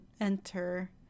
enter